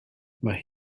mae